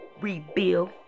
rebuild